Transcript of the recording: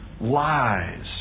lies